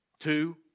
Two